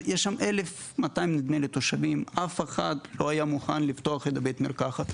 נדמה לי שיש שם 1,200 תושבים ואף אחד לא היה מוכן לפתוח בית מרקחת.